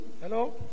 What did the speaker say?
Hello